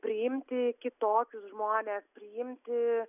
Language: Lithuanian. priimti kitokius žmones priimti